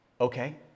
okay